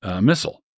missile